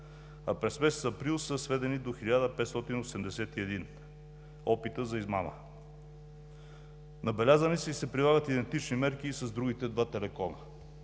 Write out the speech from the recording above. а през месец април са сведени до 1581 опита за измама. Набелязани са и се прилагат идентични мерки и с другите два телекома.